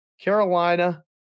Carolina